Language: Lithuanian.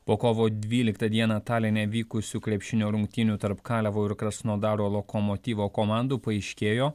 po kovo dvyliktą dieną taline vykusių krepšinio rungtynių tarp kalevo ir krasnodaro lokomotyvo komandų paaiškėjo